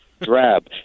Drab